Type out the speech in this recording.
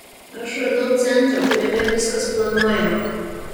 aš radau centrą kuriame viskas planuojama